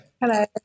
Hello